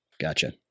Gotcha